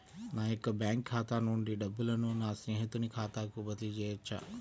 నా యొక్క బ్యాంకు ఖాతా నుండి డబ్బులను నా స్నేహితుని ఖాతాకు బదిలీ చేయవచ్చా?